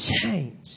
change